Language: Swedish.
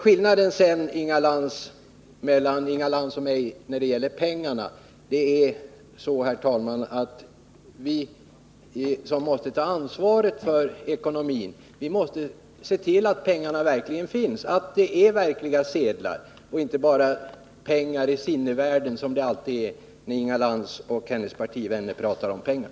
När det gäller pengarna skiljer sig Inga Lantz och min uppfattning åt, herr talman. Vi som har att ta ansvaret för ekonomin måste se till att det handlar om verkliga sedlar som finns i sinnevärlden och inte bara om siffror som det alltid gör när Inga Lantz och hennes partivänner pratar om pengar.